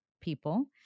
people